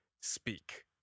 speak